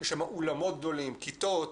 יש שם אולמות גדולים, כיתות,